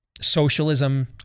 Socialism